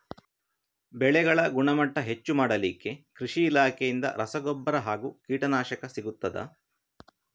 ಬೆಳೆಗಳ ಗುಣಮಟ್ಟ ಹೆಚ್ಚು ಮಾಡಲಿಕ್ಕೆ ಕೃಷಿ ಇಲಾಖೆಯಿಂದ ರಸಗೊಬ್ಬರ ಹಾಗೂ ಕೀಟನಾಶಕ ಸಿಗುತ್ತದಾ?